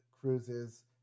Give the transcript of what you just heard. Cruise's